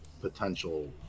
potential